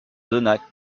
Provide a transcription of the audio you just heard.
donnât